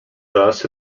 thus